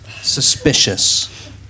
suspicious